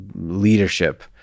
leadership